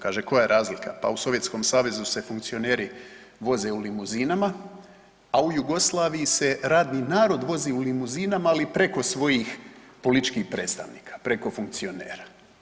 Kaže koja je razlika, pa u Sovjetskom savezu se funkcioneri voze u limuzinama, a u Jugoslaviji se radni narod vozi u limuzinama ali preko svojih političkih predstavnika preko funkcionera.